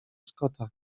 scotta